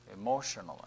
Emotionally